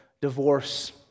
divorce